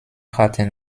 hatten